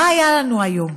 מה היה לנו היום?